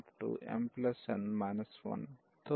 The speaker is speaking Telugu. nn1mn 1తో పొందుతాము